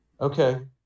Okay